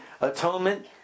atonement